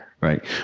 right